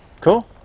Cool